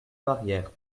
barrière